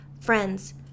friends